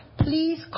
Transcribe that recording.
please